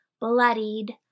bloodied